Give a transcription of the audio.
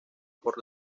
por